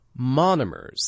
monomers